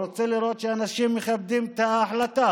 הוא רוצה לראות שאנשים מכבדים את ההחלטה.